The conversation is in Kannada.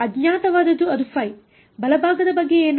ಅಜ್ಞಾತವಾದದ್ದು ಅದು ϕ ಬಲಭಾಗದ ಬಗ್ಗೆ ಏನು